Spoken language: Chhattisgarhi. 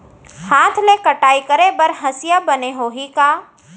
हाथ ले कटाई करे बर हसिया बने होही का?